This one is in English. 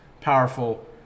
powerful